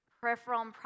peripheral